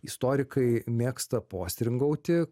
istorikai mėgsta postringauti